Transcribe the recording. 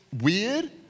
weird